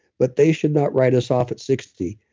but they should not write us off at sixty.